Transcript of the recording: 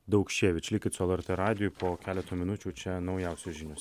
daukševič likit su lrt radiju po keleto minučių čia naujausios žinios